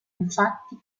infatti